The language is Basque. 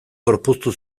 gorpuztu